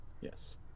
Yes